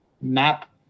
map